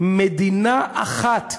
מדינה אחת,